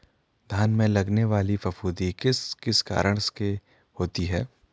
धान में लगने वाली फफूंदी किस किस के कारण होती है?